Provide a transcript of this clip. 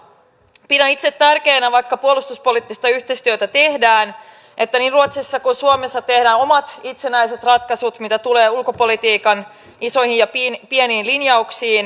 pidän itse tärkeänä vaikka puolustuspoliittista yhteistyötä tehdään että niin ruotsissa kuin suomessa tehdään omat itsenäiset ratkaisut mitä tulee ulkopolitiikan isoihin ja pieniin linjauksiin